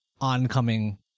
oncoming